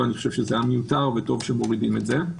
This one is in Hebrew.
אני חושב שזה היה מיותר וטוב שמורידים את זה.